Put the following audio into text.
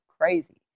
crazy